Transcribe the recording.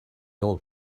old